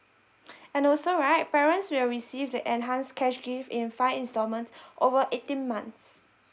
and also right parents will receive the enhanced cash gift in five installments over eighteen months